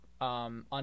On